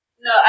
No